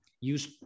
Use